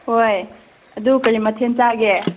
ꯍꯣꯏ ꯑꯗꯨ ꯀꯔꯤ ꯃꯊꯦꯜ ꯆꯪꯏ